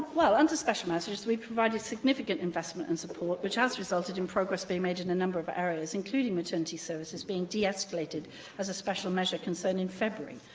well, under special measures we've provided significant investment and support, which has resulted in progress being made in a number of areas, including maternity services being de-escalated as a special measure concern in february.